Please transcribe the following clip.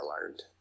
learned